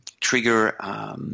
trigger